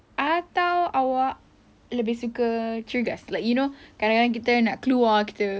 atau awak lebih suka cergas like you know kadang-kadang kita nak keluar kita